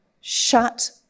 Shut